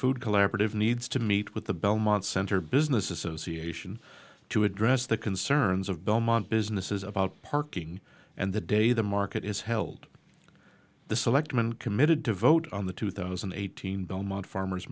food collaborative needs to meet with the belmont center business association to address the concerns of belmont businesses about parking and the day the market is held the selectmen committed to vote on the two thousand and eighteen belmont farmers